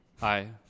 Hi